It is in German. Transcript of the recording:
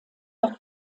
doch